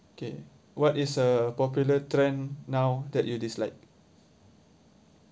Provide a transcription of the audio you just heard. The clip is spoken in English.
okay what is a popular trend now that you dislike